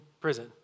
prison